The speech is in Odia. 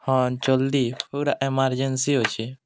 ହଁ ଜଲ୍ଦି ପୁରା ଏମର୍ଜେନ୍ସି ଅଛି